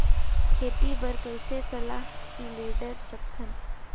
खेती बर कइसे सलाह सिलेंडर सकथन?